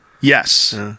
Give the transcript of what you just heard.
Yes